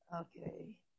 Okay